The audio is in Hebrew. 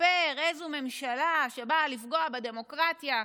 לספר איזו ממשלה שבאה לפגוע בדמוקרטיה,